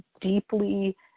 deeply